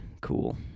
Cool